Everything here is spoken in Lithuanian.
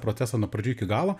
procesą nuo pradžių iki galo